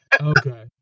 Okay